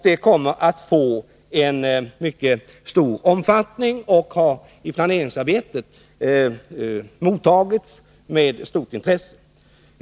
Det kommer att få en mycket stor omfattning, och det redovisade planeringsarbetet har mottagits med stort intresse.